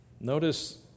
Notice